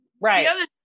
Right